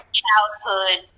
childhood